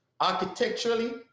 architecturally